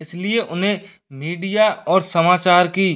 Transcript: इस लिए उन्हें मीडिया और समाचार की